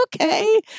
okay